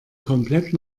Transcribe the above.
komplett